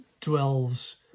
dwells